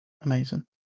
Amazing